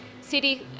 city